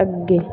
ਅੱਗੇ